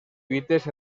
lluites